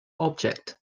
object